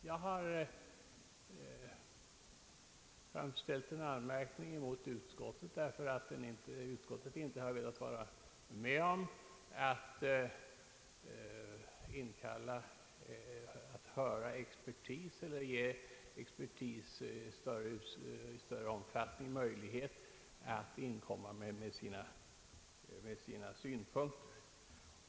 Jag har framställt en anmärkning mot utskottet för att utskottet inte har velat vara med om att höra expertis eller ge expertis i större omfattning möjlighet att inkomma med sina synpunkter.